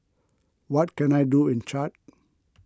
what can I do in Chad